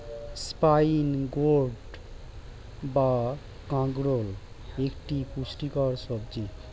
spine gourd বা কাঁকরোল একটি পুষ্টিকর সবজি